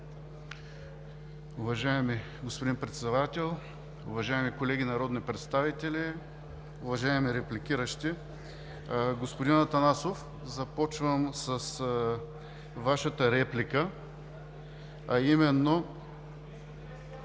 Уважаеми господин Председател, уважаеми колеги народни представители, уважаеми репликиращи! Уважаеми господин Атанасов, започвам с Вашата реплика.